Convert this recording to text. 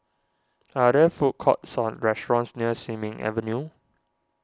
are there food courts or restaurants near Sin Ming Avenue